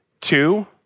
two